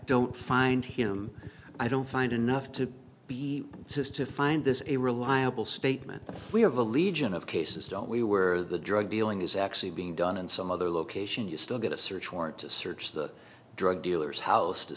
don't find him i don't find enough to be says to find this a reliable statement we have a legion of cases don't we were the drug dealing is actually being done in some other location you still get a search warrant to search the drug dealer's house to